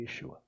Yeshua